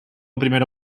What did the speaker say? primera